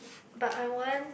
but I want